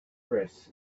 press